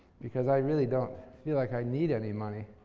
because i really don't feel like i need any money.